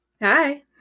Hi